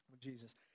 Jesus